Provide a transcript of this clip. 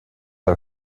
are